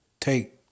Take